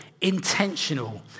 intentional